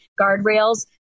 guardrails